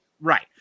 Right